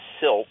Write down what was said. silt